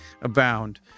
abound